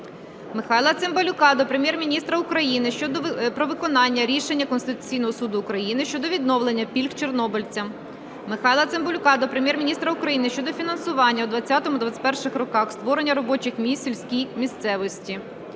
Михайла Цимбалюка до Прем'єр-міністра України про виконання рішення Конституційного Суду України щодо відновлення пільг чорнобильцям. Михайла Цимбалюка до Прем'єр-міністра України щодо фінансування у 2020-2021 роках створення робочих місць в сільській місцевості.